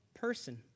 person